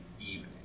evening